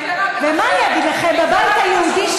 בבית היהודי,